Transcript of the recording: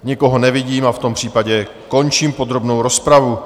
Nikoho nevidím a v tom případě končím podrobnou rozpravu.